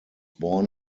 born